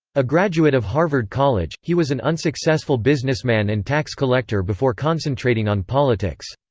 a graduate of harvard college, he was an unsuccessful businessman and tax collector before concentrating on politics.